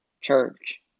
church